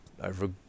over